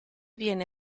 viene